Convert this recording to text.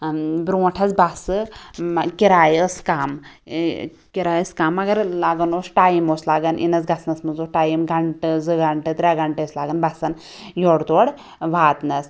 برٛونٛٹھ آسہٕ بَسہٕ کراے ٲس کم ٲں کراے ٲس کم مگر لگَان اوس ٹایم اوس لگَان یِنَس گَژھنَس مَنٛز اوس ٹایم گھنٹہٕ زٕ گھنٹہٕ ترٛےٚ گھنٹہٕ ٲسۍ لگان بَسَن یورٕ تورٕ واتنَس